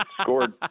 scored